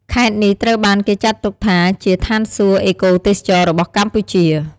ខេត្តនេះត្រូវបានគេចាត់ទុកជាឋានសួគ៌អេកូទេសចរណ៍របស់កម្ពុជា។